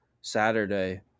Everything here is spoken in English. Saturday